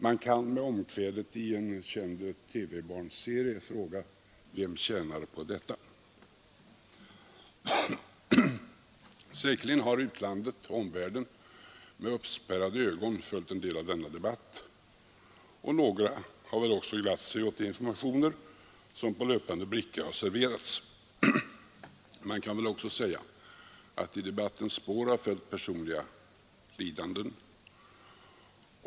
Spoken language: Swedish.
Man kan med omkvädet i en känd TV-barnserie fråga: Vem tjänar på detta? Säkerligen har omvärlden med uppspärrade ögon följt en del av denna debatt, och några har väl också glatt sig åt de informationer som på löpande band har serverats. Man kan väl också säga att i debattens spår har följt personliga lidanden.